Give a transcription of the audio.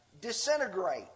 disintegrate